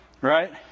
Right